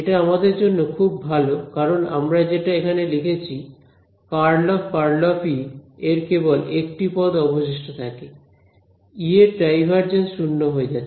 এটা আমাদের জন্য খুব ভালো কারণ আমরা যেটা এখানে লিখেছি ∇×∇× E এর কেবল একটি পদ অবশিষ্ট থাকে ই এর ডাইভারজেন্স শূন্য হয়ে যাচ্ছে